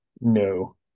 No